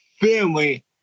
family